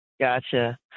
Gotcha